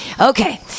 Okay